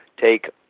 take